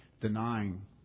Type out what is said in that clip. denying